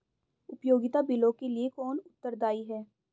उपयोगिता बिलों के लिए कौन उत्तरदायी है?